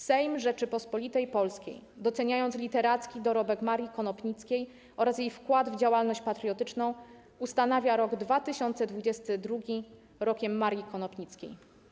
Sejm Rzeczypospolitej Polskiej, doceniając literacki dorobek Marii Konopnickiej oraz jej wkład w działalność patriotyczną, ustanawia rok 2022 Rokiem Marii Konopnickiej”